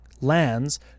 lands